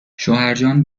شوهرجان